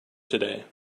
today